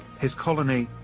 his colony,